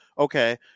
Okay